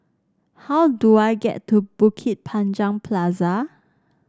how do I get to Bukit Panjang Plaza